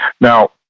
Now